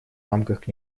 рамках